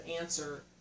answer